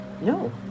no